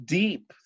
deep